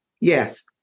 Yes